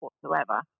whatsoever